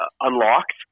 unlocked